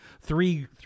three